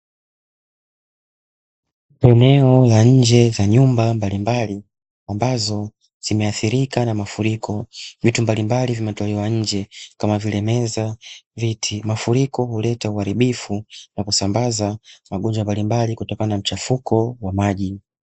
Eneo la nje za nyumba mbalimbali ambazo zimeathirika na mafuriko, vitu mbalimbali vimetolewa nje kama vile meza, viti; mafuriko huleta uharibifu na kusambaza magonjwa mbalimbali kutokana na mchafuko wa maji.